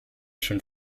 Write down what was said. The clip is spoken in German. schon